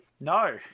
No